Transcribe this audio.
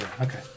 Okay